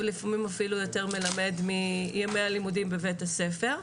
ולפעמים אפילו יותר מלמד מהלימודים בבית הספר.